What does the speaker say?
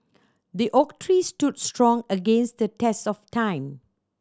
the oak tree stood strong against the test of time